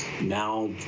now